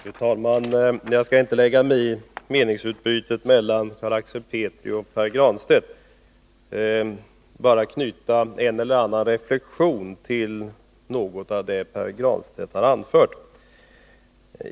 Fru talman! Jag skall inte lägga mig i meningsutbytet mellan Carl Axel Petri och Pär Granstedt. Jag skall bara knyta en eller annan reflexion till något av det Pär Granstedt har anfört.